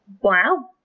Wow